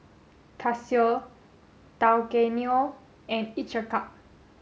Casio Tao Kae Noi and Each a cup